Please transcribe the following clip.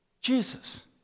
Jesus